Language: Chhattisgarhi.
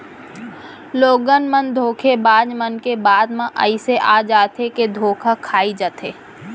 लोगन मन धोखेबाज मन के बात म अइसे आ जाथे के धोखा खाई जाथे